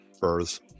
birth